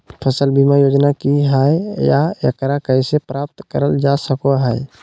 फसल बीमा योजना की हय आ एकरा कैसे प्राप्त करल जा सकों हय?